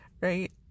right